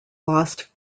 lost